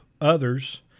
others